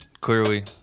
clearly